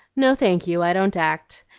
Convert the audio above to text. no, thank you, i don't act.